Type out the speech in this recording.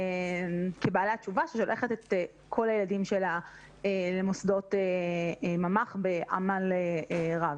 כבעלת תשובה ששולחת את כל הילדים שלה למוסדות ממ"ח בעמל רב.